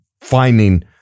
finding